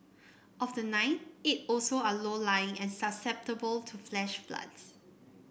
of the nine eight also are low lying and susceptible to flash floods